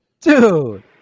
Dude